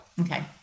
okay